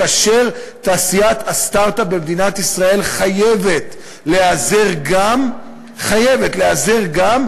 כאשר תעשיית הסטרט-אפ במדינת ישראל חייבת להיעזר גם חייבת להיעזר גם,